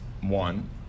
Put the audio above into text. one